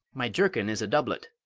my jerkin is a doublet.